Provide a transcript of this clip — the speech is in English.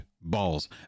balls